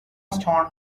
stone